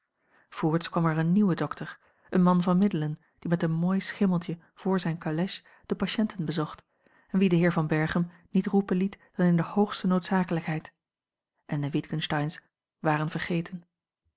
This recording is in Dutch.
voorts kwam er een nieuwe dokter een man van middelen die met een mooi schimmeltje vr zijne calèche de patiënten bezocht en wien de heer van berchem niet roepen liet dan in de hoogste noodzakelijkheid en de witgensteyn's waren vergeten